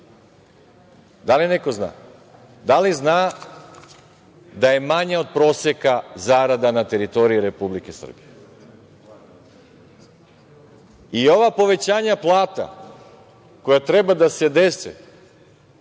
da li neko zna? Da li zna da je manja zarada od proseka na teritoriji Republike Srbije? I ova povećanja plata koja treba da se dese